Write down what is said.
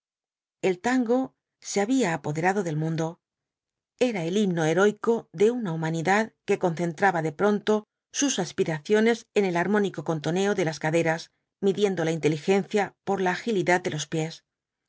el tango se había apoderado del mundo era el himno heroico de una humanidad que concentraba de pronto sus aspiraciones en el armónico contoneo de las caderas midiendo la inteligencia por la agilidad de los pies